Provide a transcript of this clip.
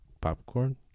popcorn